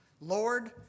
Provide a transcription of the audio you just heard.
Lord